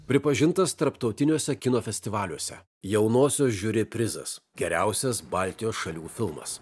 pripažintas tarptautiniuose kino festivaliuose jaunosios žiuri prizas geriausias baltijos šalių filmas